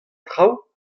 traoù